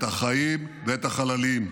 את החיים ואת החללים,